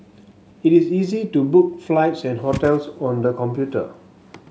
it is easy to book flights and hotels on the computer